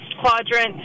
quadrant